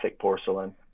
porcelain